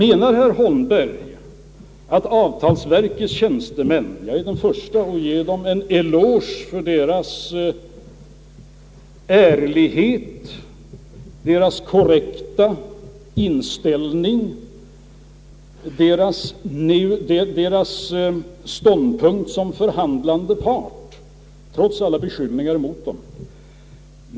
Jag är den förste att ge avtalsverkets tjänstemän en eloge för deras ärlighet, deras korrekta inställning i deras roll som förhandlande part, trots alla beskyllningar mot dem.